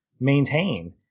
maintain